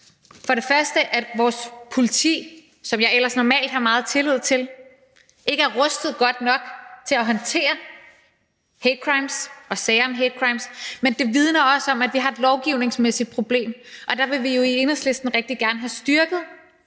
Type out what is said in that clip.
for det første at vores politi, som jeg ellers normalt har meget tillid til, ikke er rustet godt nok til at håndtere hatecrimes og sager om hatecrimes, og for det andet, at vi har et lovgivningsmæssigt problem. Og der vil vi jo i Enhedslisten rigtig gerne have styrket